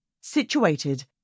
situated